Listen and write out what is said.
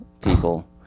people